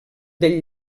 del